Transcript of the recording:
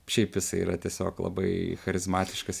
šiaip jis yra tiesiog labai charizmatiškas